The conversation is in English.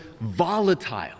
volatile